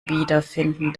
wiederfinden